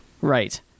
Right